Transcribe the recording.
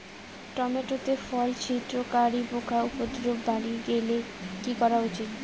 Tomato তে ফল ছিদ্রকারী পোকা উপদ্রব বাড়ি গেলে কি করা উচিৎ?